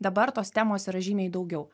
dabar tos temos yra žymiai daugiau